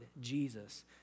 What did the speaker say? Jesus